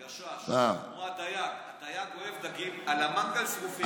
של הגשש, הדייג אוהב דגים על המנגל, שרופים.